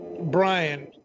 Brian